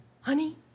Honey